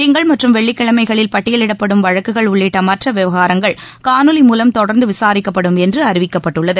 திங்கள் மற்றும் வெள்ளிக்கிழமைகளில் பட்டியலிடப்படும் வழக்குகள் உள்ளிட்ட மற்ற விவகாரங்கள் காணொலி மூலம் தொடர்ந்து விசாரிக்கப்படும் என்று அறிவிக்கப்பட்டுள்ளது